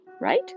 right